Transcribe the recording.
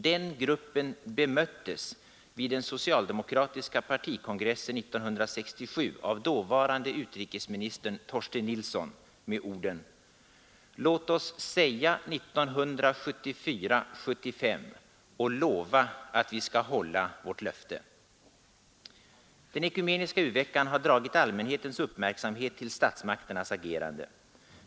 Den gruppen bemöttes i den socialdemokratiska partikongressen 1967 av dåvarande utrikesministern Torsten Nilsson med orden: ”Låt oss säga 1974/75 och lova att vi skall hålla vårt löfte.” Den ekumeniska u-veckan har dragit allmänhetens uppmärksamhet till statsmakternas agerande.